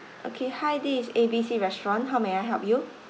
okay hi this is A B C restaurant how may I help you